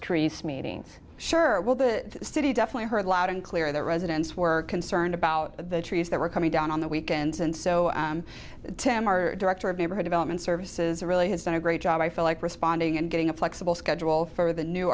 trees meeting sherwood the city definitely heard loud and clear that residents were concerned about the trees that were coming down on the weekends and so tim our director of neighborhood of element services really has done a great job i feel like responding and getting a flexible schedule for the new